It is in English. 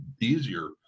easier